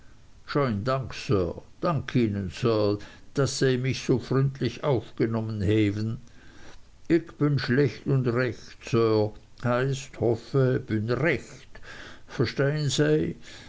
dank sir dank ihnen sir dat sej mich so fründlich aufgenommen hewwen ick bün schlecht und recht sir heißt hoffe bün recht